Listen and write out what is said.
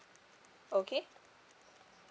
okay